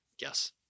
Yes